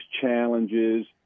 challenges